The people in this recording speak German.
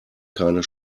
keine